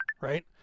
Right